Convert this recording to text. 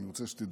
אני רוצה שתדעו.